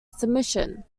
submission